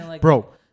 bro